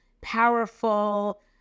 powerful